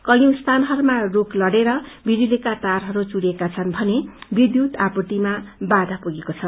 कैयौं स्थानहरूमा रूख लड़ेर विजुलीका तारहरू चुँड़िएका छन् भने विद्युत आपूर्तिमा वाधा पुगेको छ